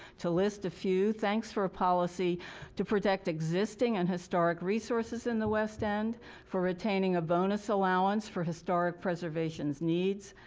to list a few. thanks for a policy to protect existing and historic resources in the west end for retaining a bonus allow wans for historic preservation needs.